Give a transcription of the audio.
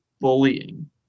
bullying